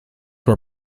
were